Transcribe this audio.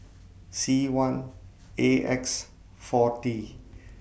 C one A X four T